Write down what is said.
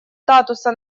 статуса